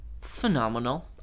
phenomenal